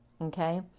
Okay